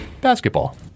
Basketball